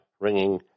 ringing